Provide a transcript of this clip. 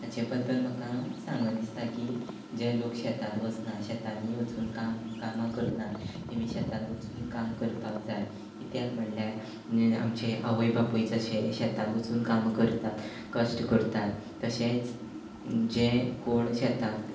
हाचे बद्दल म्हाका सांगन दिसता की जे लोक शेतात वसना शेतांनी वचून काम कामां करनात तेमी शेतान वचून काम करपाक जाय कित्याक म्हळ्ळ्यार आमचे आवय बापूय जशे शेतांत वचून काम करतात कश्ट करतात तशेंच जे कोण शेतात